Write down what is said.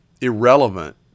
irrelevant